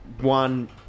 one